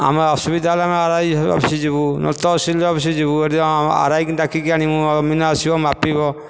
ଆମ ଅସୁବିଧା ହେଲୋ ଆମେ ଆର ଆଇ ଅଫିସ ଯିବୁ ନହେଲେ ତହସିଲ ଅଫିସ ଯିବୁ ସେଠୁ ଆର ଆଇଙ୍କି ଡାକିକି ଆଣିବୁ ଓ ଅମିନ ଆସିବ ମାପିବ